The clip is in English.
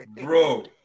bro